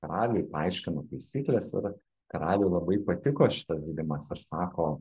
karaliui paaiškino taisykles ir karaliui labai patiko šitas žaidimas ir sako